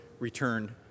return